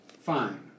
fine